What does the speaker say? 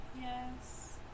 Yes